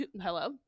hello